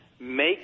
Make